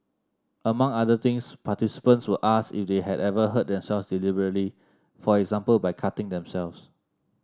among other things participants were asked if they had ever hurt themselves deliberately for example by cutting themselves